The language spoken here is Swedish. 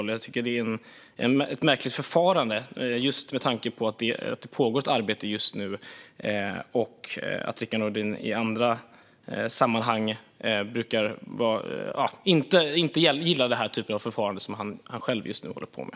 Jag tycker att det är ett märkligt förfarande med tanke på att det just nu pågår ett arbete och att Rickard Nordin i andra sammanhang inte brukar gilla den typen av förfarande han nu själv håller på med.